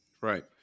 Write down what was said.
Right